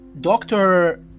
doctor